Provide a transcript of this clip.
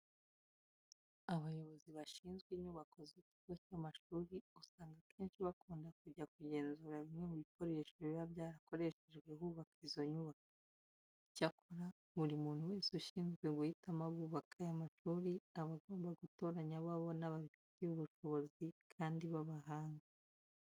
Abayobozi bashinzwe inyubako z'ikigo cy'amashuri usanga akenshi bakunda kujya kugenzura bimwe mu bikoresho biba byarakoreshejwe hubakwa izo nyubako. Icyakora, buri muntu wese ushinzwe guhitamo abubaka aya mashuri aba agomba gutoranya abo abona babifitiye ubushobozi kandi b'abahanga.